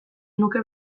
nuke